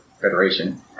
federation